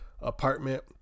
apartment